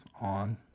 on